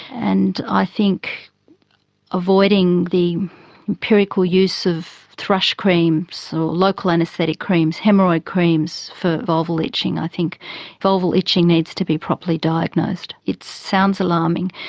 and i think avoiding the empirical use of thrush creams or so local anaesthetic creams, haemorrhoid creams for vulval itching. i think vulval itching needs to be properly diagnosed. it sounds alarming,